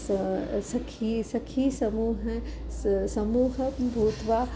स सखी सखी समूह स समूहं भूत्वा